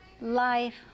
life